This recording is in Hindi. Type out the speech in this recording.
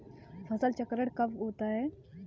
फसल चक्रण कब होता है?